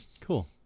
Cool